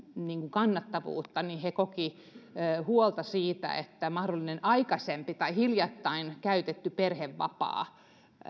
kannattavuutta he kokivat huolta siitä että mahdollinen hiljattain käytetty perhevapaa